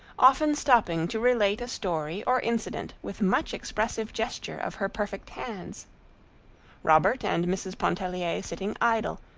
often stopping to relate a story or incident with much expressive gesture of her perfect hands robert and mrs. pontellier sitting idle,